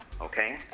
Okay